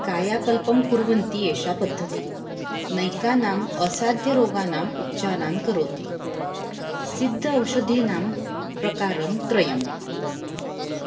कायकल्पं कुर्वन्ति एषा पद्धतिः नैकानाम् असाध्यरोगाणाम् उपचारान् करोति सिद्ध औषधीनां प्रकारत्रयम्